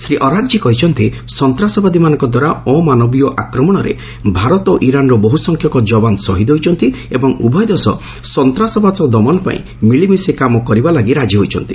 Shri Araghchi କହିଛନ୍ତି ସନ୍ତାସବାଦୀମାନଙ୍କଦ୍ୱାରା ଅମାନବୀୟ ଆକ୍ରମଣରେ ଭାରତ ଓ ଇରାନ୍ର ବହୁ ସଂଖ୍ୟକ ଯବାନ ଶହୀଦ୍ ହୋଇଛନ୍ତି ଏବଂ ଉଭୟ ଦେଶ ସନ୍ତାସବାଦ ଦମନ ପାଇଁ ମିଳିମିଶି କାମ କରିବାପାଇଁ ରାଜି ହୋଇଛନ୍ତି